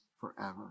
forever